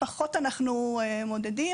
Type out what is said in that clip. (מקרינה שקף, שכותרתו: